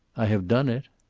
i have done it.